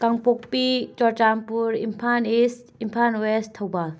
Kangpokpi Churachandpur Imphal east Imphal west Thoubal